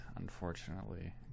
unfortunately